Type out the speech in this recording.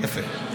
יפה.